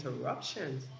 interruptions